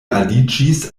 aliĝis